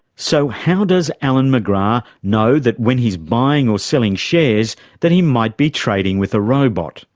so how does alan mcgrath know that when he's buying or selling shares that he might be trading with a robot?